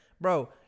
Bro